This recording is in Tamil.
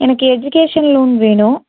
எனக்கு எஜுகேஷன் லோன் வேணும்